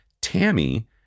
Tammy